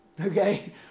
Okay